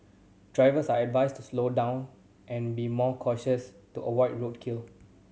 drivers are advised to slow down and be more cautious to avoid roadkill